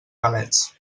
galets